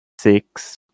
six